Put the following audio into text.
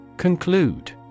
Conclude